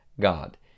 God